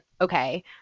Okay